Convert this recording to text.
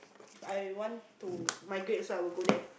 If I want to my great so I would go there